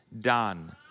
done